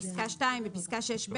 (2)בפסקה (6ב),